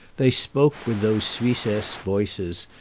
they spoke with those suissesse voices,